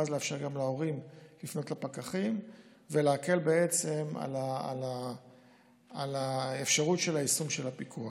ואז לאפשר גם להורים לפנות לפקחים ולהקל על האפשרות של יישום הפיקוח.